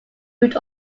root